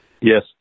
Yes